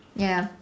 ya